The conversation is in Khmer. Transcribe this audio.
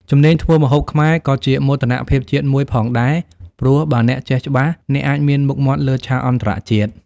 ជំនាញធ្វើម្ហូបខ្មែរក៏ជាមោទនភាពជាតិមួយផងដែរ ព្រោះបើអ្នកចេះច្បាស់អ្នកអាចមានមុខមាត់លើឆាកអន្តរជាតិ។